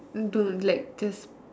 don't like just